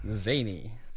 Zany